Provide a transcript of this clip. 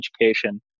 education